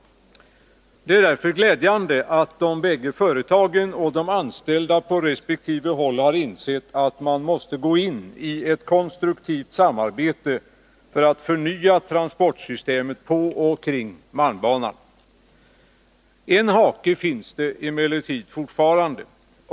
Det är därför glädjande att de båda företagen och de anställda på resp. håll nu har insett att man måste gå in i ett konstruktivt samarbete för att förnya transportsystemet på och kring malmbanan. En hake finns det emellertid fortfarande.